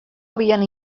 havien